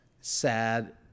sad